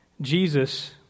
Jesus